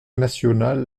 national